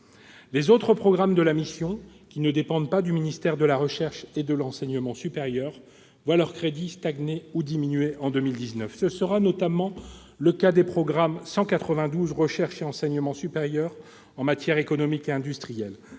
Les autres programmes, qui ne dépendent pas du ministère de la recherche et de l'enseignement supérieur, voient leurs crédits stagner ou diminuer en 2019. Ce sera notamment le cas des programmes 192, « Recherche et enseignement supérieur en matière économique et industrielle